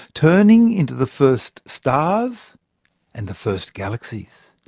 turning into the first stars and the first galaxies.